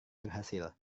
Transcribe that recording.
berhasil